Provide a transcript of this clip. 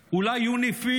אולי יוניפי"ל,